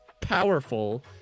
powerful